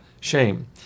shame